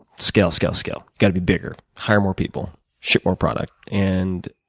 scale, scale, scale. got to be bigger, hire more people, ship more product and,